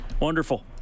Wonderful